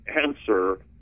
answer